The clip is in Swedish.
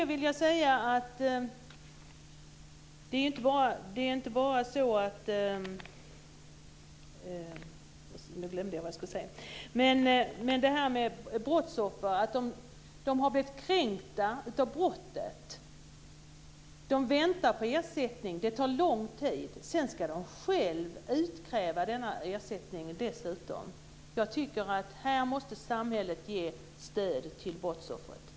Fru talman! Brottsoffren har ju blivit kränkta genom brottet. De väntar på ersättning. Det tar lång tid, och sedan ska de dessutom själva utkräva denna ersättning. Jag tycker att här måste samhället ge stöd till brottsoffret.